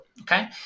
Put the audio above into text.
Okay